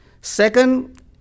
Second